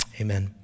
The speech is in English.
amen